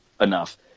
enough